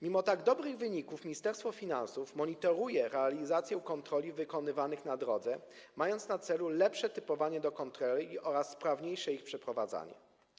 Mimo tak dobrych wyników Ministerstwo Finansów monitoruje realizację kontroli wykonywanych na drodze, mając na celu lepsze typowanie do kontroli oraz sprawniejsze ich przeprowadzanie.